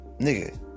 nigga